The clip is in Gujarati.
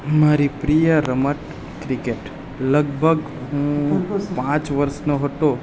મારી પ્રિય રમત ક્રિકેટ લગભગ હું પાંચ વર્ષનો હતો